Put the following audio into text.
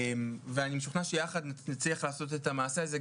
ואני משוכנע שביחד נצליח לעשות את המעשה הזה,